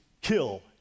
kill